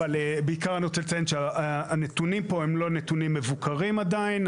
אבל בעיקר אני רוצה לציין שהנתונים פה הם לא נתונים מבוקרים עדיין,